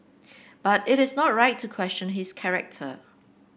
but it is not right to question his character